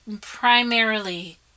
primarily